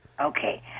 Okay